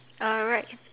oh right